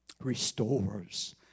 restores